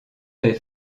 fait